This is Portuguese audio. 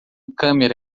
câmera